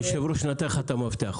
היושב-ראש נתן לך את המפתח.